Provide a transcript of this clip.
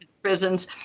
prisons